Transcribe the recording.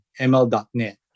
ML.NET